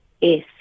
Yes